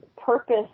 purpose